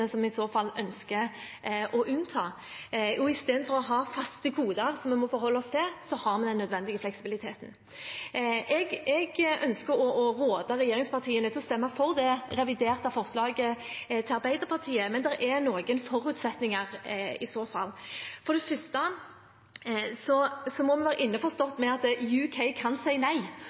i så fall ønsker å unnta. I stedet for å ha faste koder vi må forholde oss til, har vi den nødvendige fleksibiliteten. Jeg ønsker å råde regjeringspartiene til å stemme for det reviderte forslaget til Arbeiderpartiet, men det er noen forutsetninger i så fall. For det første må vi være innforstått med at Storbritannia kan si nei,